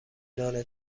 نان